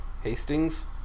Hastings